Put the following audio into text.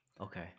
Okay